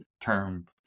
term